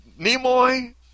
Nimoy